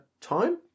time